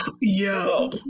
yo